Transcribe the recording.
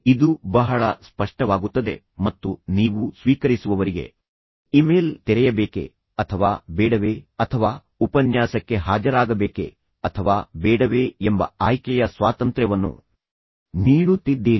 ಇದು ಬಹಳ ಸ್ಪಷ್ಟವಾಗುತ್ತದೆ ಮತ್ತು ನೀವು ಸ್ವೀಕರಿಸುವವರಿಗೆ ಇಮೇಲ್ ತೆರೆಯಬೇಕೆ ಅಥವಾ ಬೇಡವೇ ಅಥವಾ ಉಪನ್ಯಾಸಕ್ಕೆ ಹಾಜರಾಗಬೇಕೆ ಅಥವಾ ಬೇಡವೇ ಎಂಬ ಆಯ್ಕೆಯ ಸ್ವಾತಂತ್ರ್ಯವನ್ನು ನೀಡುತ್ತಿದ್ದೀರಿ